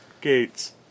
Gates